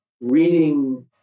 reading